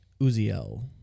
Uziel